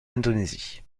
indonésie